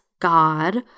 God